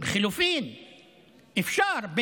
אפשר בחילופים.